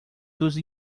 dos